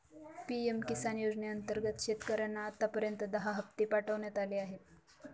PM Kisan योजनेअंतर्गत शेतकऱ्यांना आतापर्यंत दहा हप्ते पाठवण्यात आले आहेत